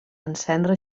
encendre